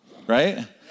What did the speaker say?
right